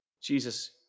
Jesus